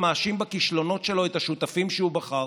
שמאשים בכישלונות שלו את השותפים שהוא בחר,